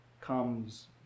comes